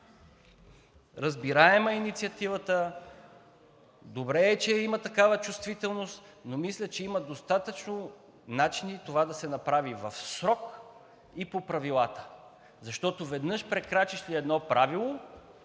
разбираема е инициативата, добре е, че има такава чувствителност, но мисля, че има достатъчно начини това да се направи в срок и по правилата, защото веднъж прекрачиш ли едно правило,